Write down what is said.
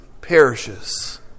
perishes